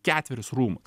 ketverius rūmus